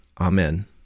Amen